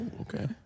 Okay